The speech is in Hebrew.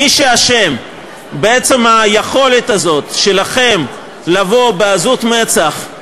שאשם בעצם היכולת הזאת, שלכם, לבוא בעזות מצח,